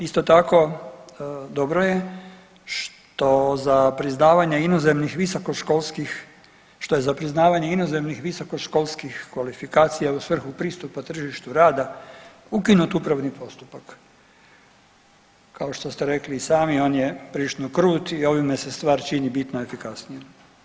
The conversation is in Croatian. Isto tako dobro je što za priznavanje inozemnih visokoškolskih, što je za priznavanje inozemnih visokoškolskih kvalifikacija u svrhu pristupa tržištu rada ukinut upravni postupak, kao što ste rekli i sami on je prilično krut i ovime se stvar čini bitno efikasnijom.